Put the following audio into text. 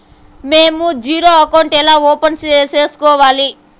మేము zero account ఎలా open సేసుకోవాలి